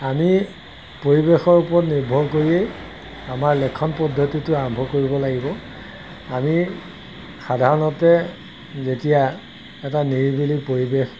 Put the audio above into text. আমি পৰিৱেশৰ ওপৰত নিৰ্ভৰ কৰিয়েই আমাৰ লেখন পদ্ধতিটো আৰম্ভ কৰিব লাগিব আমি সাধাৰণতে যেতিয়া এটা নিৰিবিলি পৰিৱেশ